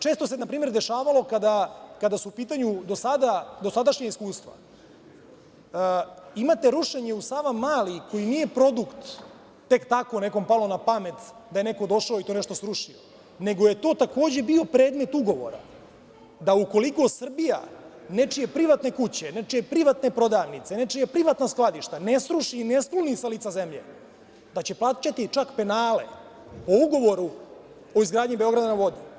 Često se npr. dešavalo kada su u pitanju dosadašnja iskustva, imate rušenje u Savamali, koji nije produkt, tek tako nekom palo na pamet da je neko došao i to nešto srušio, nego je to takođe bio predmet ugovora, da ukoliko Srbija nečije privatne kuće, nečije privatne prodavnice, nečija privatna skladišta ne sruši i ne skloni sa lica zemlje, da će plaćati čak penale, po ugovoru o izgradnji „Beograda na vodi“